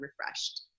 refreshed